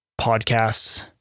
podcasts